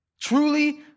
Truly